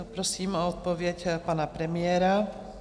Prosím o odpověď pana premiéra.